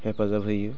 हेफाजाब होयो